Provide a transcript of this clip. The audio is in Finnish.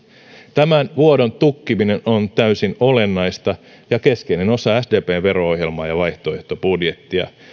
tämän vuodon tukkiminen on täysin olennaista ja keskeinen osa sdpn vero ohjelmaa ja vaihtoehtobudjettia